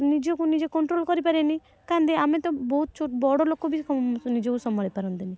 ନିଜକୁ ନିଜେ କଣ୍ଟ୍ରୋଲ୍ କରିପାରେନି କାନ୍ଦେ ଆମେ ତ ବହୁତ ଛୋ ବଡ଼ ଲୋକ ବି ସେ ନିଜକୁ ସମ୍ଭାଳି ପାରନ୍ତିନି